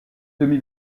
demi